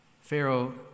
Pharaoh